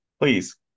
Please